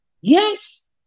Yes